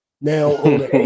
now